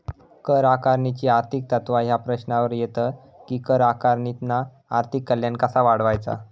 कर आकारणीची आर्थिक तत्त्वा ह्या प्रश्नावर येतत कि कर आकारणीतना आर्थिक कल्याण कसा वाढवायचा?